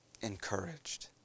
encouraged